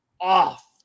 off